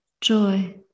joy